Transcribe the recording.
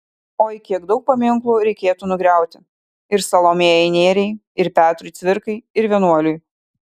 oi kiek daug paminklų reikėtų nugriauti ir salomėjai nėriai ir petrui cvirkai ir vienuoliui